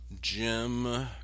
jim